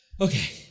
Okay